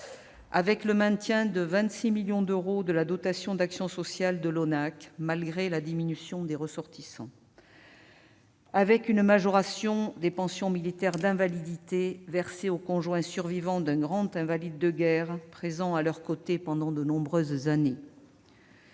Nous maintenons à 26 millions d'euros la dotation d'action sociale de l'ONAC-VG malgré la diminution du nombre de ses ressortissants. Nous majorons les pensions militaires d'invalidité versées aux conjoints survivants d'un grand invalide de guerre présents à leur côté pendant de nombreuses années-